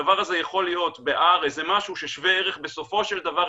הדבר הזה יכול להיות ב-R איזה משהו ששווה ערך בסופו של דבר,